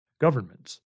governments